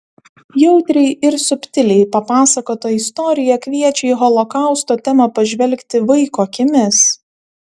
jautriai ir subtiliai papasakota istorija kviečia į holokausto temą pažvelgti vaiko akimis